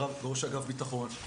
וראש אגף בטחון,